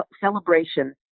celebration